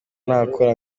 nakora